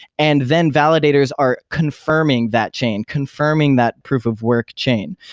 and then validators are confirming that chain, confirming that proof of work chain.